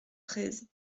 treize